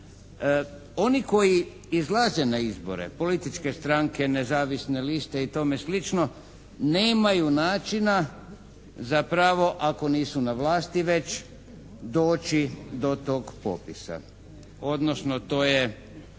Oni koji izlaze na izbore političke stranke, nezavisne liste i tome slično nemaju naći za pravo ako nisu na vlasti već doći do tog popisa, odnosno to je